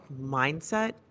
mindset